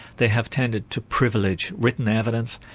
they have tended to privilege written evidence,